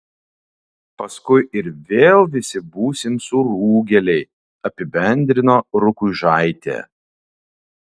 paskui ir vėl visi būsim surūgėliai apibendrino rukuižaitė